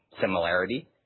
similarity